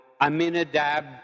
Aminadab